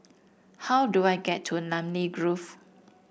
how do I get to Namly Grove